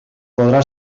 podrà